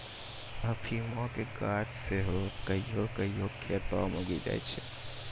अफीमो के गाछ सेहो कहियो कहियो खेतो मे उगी जाय छै